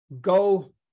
go